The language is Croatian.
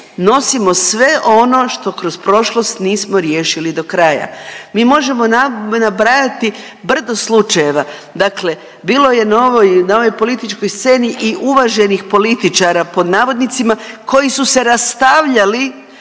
nosimo sve ono što kroz prošlost nismo riješili do kraja. Mi možemo nabrajati brdo slučajeva, dakle bilo je na ovoj, na ovoj političkoj sceni i uvaženih političara pod navodnicima koji su se rastavljali